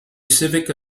civic